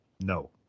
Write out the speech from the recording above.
no